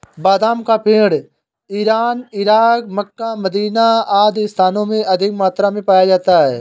बादाम का पेड़ इरान, इराक, मक्का, मदीना आदि स्थानों में अधिक मात्रा में पाया जाता है